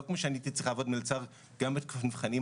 לא כמו שאני הייתי צריך לעבוד במלצרות גם בתקופת המבחנים,